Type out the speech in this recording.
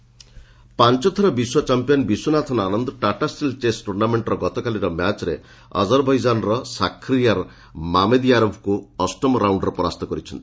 chess ପାଞ୍ଚଥର ବିଶ୍ୱ champion Viswanathan Anand Tata Steel chess ଟୁର୍ଣ୍ଣାମେଣ୍ଟ୍ର ଗତକାଲିର ମ୍ୟାଚ୍ରେ ଆଜରବୈଜାନର ସାଖ୍ରୀୟାର ମାମେଦ୍ୟାରୋଭ୍ଙ୍କୁ ଅଷ୍ଟମ ରାଉଣ୍ଡରେ ପରାସ୍ତ କରିଛନ୍ତି